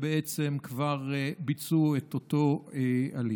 ובעצם כבר ביצעו את ההליך.